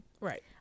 right